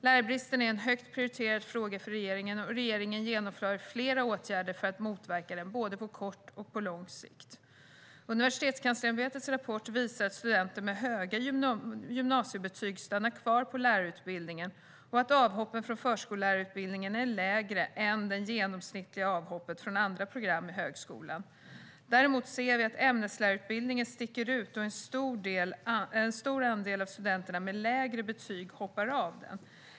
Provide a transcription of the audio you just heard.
Lärarbristen är en högt prioriterad fråga för regeringen, och regeringen genomför flera åtgärder för att motverka den, både på kort och på lång sikt. Universitetskanslersämbetets rapport visar att studenter med höga gymnasiebetyg stannar kvar på lärarutbildningarna och att avhoppen från förskollärarutbildningen är färre än genomsnittet när det gäller avhopp från andra program i högskolan. Däremot ser vi att ämneslärarutbildningen sticker ut då en stor andel av studenterna med lägre betyg hoppar av den.